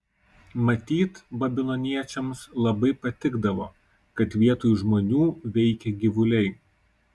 matyt babiloniečiams labai patikdavo kad vietoj žmonių veikia gyvuliai